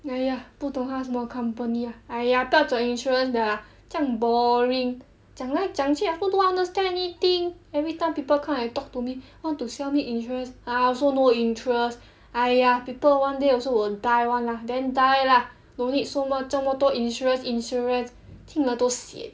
!aiya! 不懂他什么 company ah !aiya! 不要讲 insurance ah 这样 boring 讲来讲去 I also don't understand anything every time people come and talk to me want to sell me insurance I also no interest !aiya! people one day also will die [one] lah then die lah no need so much 这么多 insurance insurance 听了都 sian